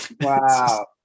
Wow